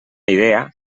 idea